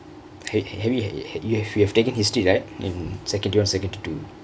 !hey! have you had you have you have taken history right in secondary one or secondary two